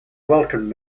welcomed